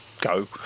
go